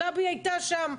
גבי הייתה שם.